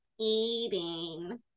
eating